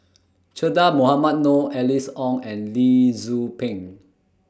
Che Dah Mohamed Noor Alice Ong and Lee Tzu Pheng